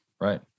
right